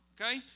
Okay